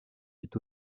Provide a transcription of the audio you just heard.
fut